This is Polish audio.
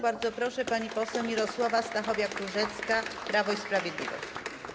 Bardzo proszę, pani poseł Mirosława Stachowiak-Różecka, Prawo i Sprawiedliwość.